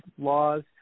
laws